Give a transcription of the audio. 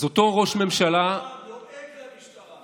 לועג למשטרה.